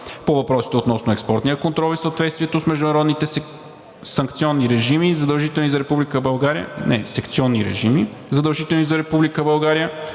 По въпросите относно експортния контрол и съответствието с международните санкционни режими, задължителни и за